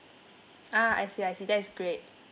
ah I see I see that is great